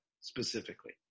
specifically